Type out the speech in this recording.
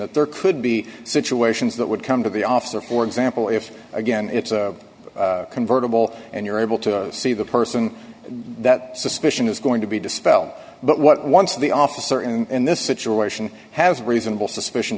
that there could be situations that would come to the officer for example if again it's a convertible and you're able to see the person that suspicion is going to be dispelled but what once the officer in this situation has reasonable suspicion